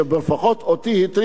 שלא תהיה פגיעה בעובדים.